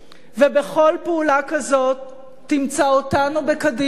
ובכל פעולה כזאת תמצא אותנו, בקדימה,